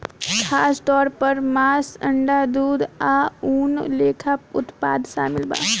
खासतौर पर मांस, अंडा, दूध आ ऊन लेखा उत्पाद शामिल बा